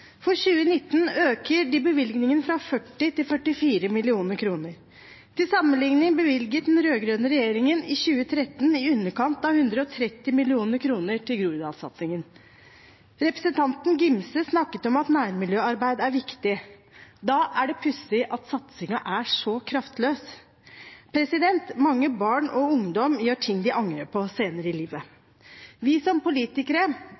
For 2019 øker de bevilgningen fra 40 mill. kr til 44 mill. kr. Til sammenligning bevilget den rød-grønne regjeringen i 2013 i underkant av 130 mill. kr til Groruddalssatsingen. Representanten Angell Gimse snakket om at nærmiljøarbeid er viktig. Da er det pussig at satsingen er så kraftløs. Mange barn og ungdom gjør ting de angrer på senere i livet. Vi som politikere